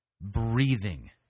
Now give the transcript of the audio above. breathing